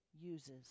uses